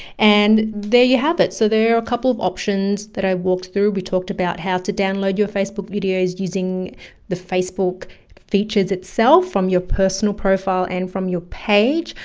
and there you have it. so there are a couple of options that i walked through. we talked about how to download your facebook videos using the facebook features itself from your personal profile and from your page.